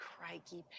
Crikey